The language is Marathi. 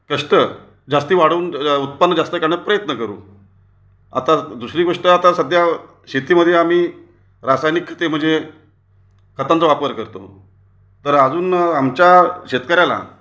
कष्ट जास्ती वाढवून उत्पन्न जास्ती करण्याचा प्रयत्न करू आता दुसरी गोष्ट आता सध्या शेतीमध्ये आम्ही रासायनिक खते म्हणजे खतांचा वापर करतो तर अजून आमच्या शेतकऱ्याला